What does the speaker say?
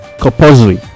compulsory